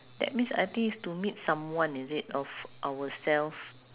that means I think is to meet someone is it of ourself